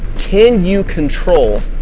can you control